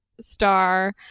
star